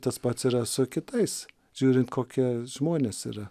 tas pats yra su kitais žiūrint kokie žmonės yra